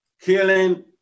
killing